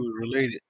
related